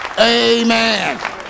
Amen